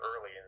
early